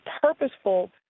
purposeful